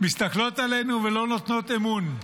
מסתכלות עלינו ולא נותנות אמון,